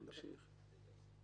בואו נמשיך.